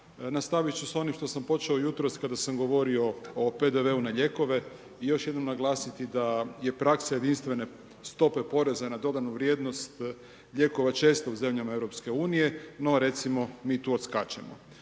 nastavit ću s onim što sam počeo jutros kada sam govorio o PDV-u na lijekove, još jednom naglasiti da je praksa jedinstvene stope poreza na dodanu vrijednost lijekova česta u zemljama EU, no recimo mi tu odskačemo.